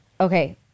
okay